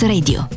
Radio